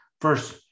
first